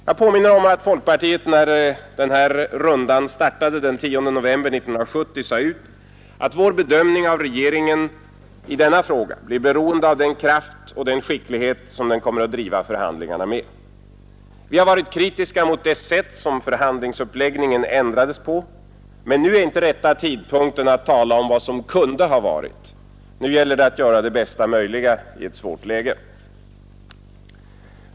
Jag påminner om att folkpartiet, när denna runda startade den 10 november 1970, sade ut att vår bedömning av regeringen i denna fråga blir beroende av den kraft och den skicklighet som regeringen kommer att driva förhandlingarna med. Vi har varit kritiska mot det sätt som man ändrat förhandlingsuppläggningen på, men nu är inte rätta tidpunkten att tala om vad som kunde ha varit. Nu gäller det att göra det bästa möjliga i ett svårt läge.